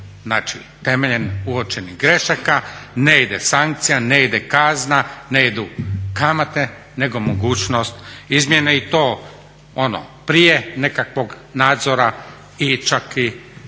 znači temeljem uočenih grešaka ne ide sankcija, ne ide kazna, ne idu kamate nego mogućnost izmjene i to ono prije nekakvog nadzora i čak i